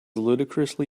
ludicrously